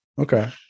Okay